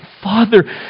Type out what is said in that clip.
Father